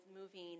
moving